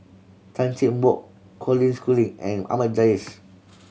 Tan Cheng Bock Colin Schooling and Ahmad Jais